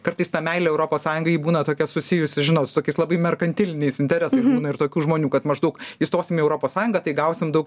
kartais ta meilė europos sąjungai būna tokia susijusi žinau su tokiais labai merkantiliniais interesais ir tokių žmonių kad maždaug įstosime į europos sąjungą tai gausim daug